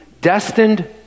destined